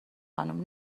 خانم